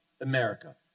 America